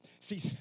See